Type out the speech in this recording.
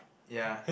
ya